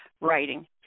writing